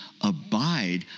abide